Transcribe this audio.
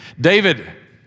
David